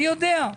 אני יודע.